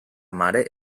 mare